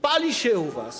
Pali się u was.